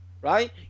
Right